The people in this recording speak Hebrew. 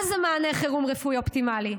מה זה מענה חירום רפואי אופטימלי?